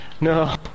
No